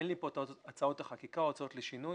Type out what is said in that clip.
אין לי פה את הצעות החקיקה או ההצעות לשינוי